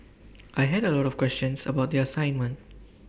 I had A lot of questions about the assignment